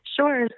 Sure